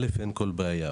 א', אין כל בעיה.